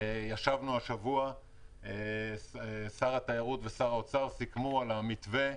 ישבנו השבוע ושר התיירות ושר האוצר סיכמו על המתווה.